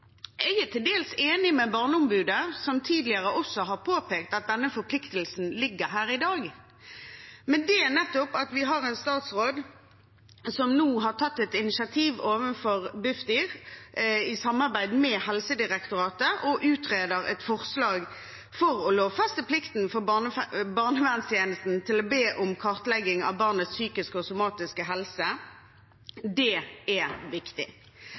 Jeg er til dels enig med Barneombudet, som tidligere har påpekt at denne forpliktelsen ligger her i dag. Vi har en statsråd som nå har tatt et initiativ overfor Bufdir i samarbeid med Helsedirektoratet og utreder et forslag om å lovfeste barnevernstjenestens plikt til å be om kartlegging av barnets psykiske og somatiske helse. Det er viktig.